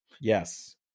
Yes